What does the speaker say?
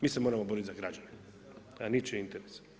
Mi se moramo boriti za građane, za ničije interese.